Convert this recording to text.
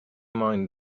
mind